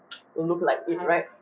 don't look like it right